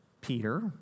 Peter